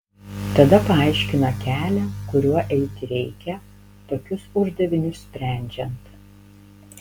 tada paaiškina kelią kuriuo eiti reikia tokius uždavinius sprendžiant